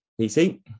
PC